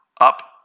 up